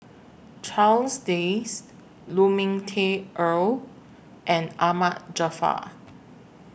Charles Dyce Lu Ming Teh Earl and Ahmad Jaafar